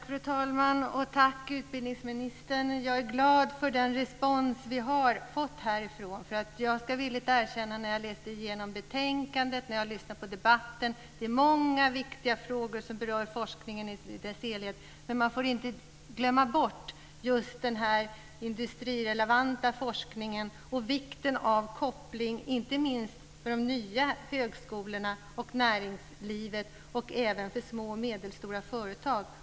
Fru talman! Tack, utbildningsministern. Jag är glad för den respons vi har fått. Jag har läst igenom betänkandet och jag har lyssnat på debatten. Det är många viktiga frågor som berör forskningen i dess helhet, men man får inte glömma den industrirelevanta forskningen och vikten av koppling inte minst mellan de nya högskolorna, näringslivet och små och medelstora företag.